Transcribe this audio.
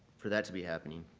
for that to be happening.